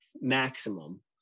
maximum